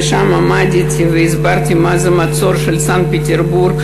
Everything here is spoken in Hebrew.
ושם עמדתי והסברתי מה זה המצור של סנט-פטרסבורג,